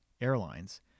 airlines